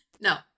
No